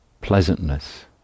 pleasantness